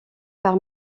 par